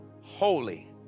holy